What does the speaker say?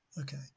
Okay